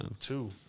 two